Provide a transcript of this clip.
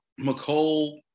McCole